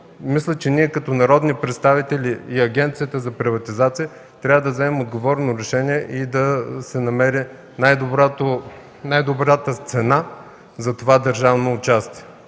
мисля, че ние, като народни представители и Агенцията за приватизация, трябва да вземем отговорно решение да се намери най-добрата цена за това държавно участие,